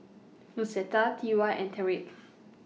Lucetta T Y and Tyrik